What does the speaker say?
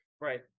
Right